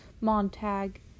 Montag